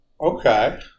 Okay